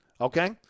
Okay